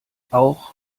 auch